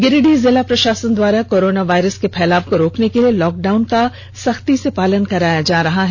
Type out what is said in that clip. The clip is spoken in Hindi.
गिरिड़ीह जिला प्रशासन द्वारा कोरोना वायरस के फैलाव को रोकने के लिए लॉक डाउन का सख्ती से पालन कराया जा रहा है